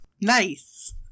Nice